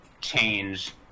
change